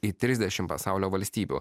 į trisdešim pasaulio valstybių